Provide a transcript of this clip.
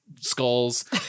skulls